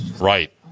Right